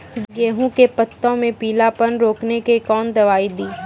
गेहूँ के पत्तों मे पीलापन रोकने के कौन दवाई दी?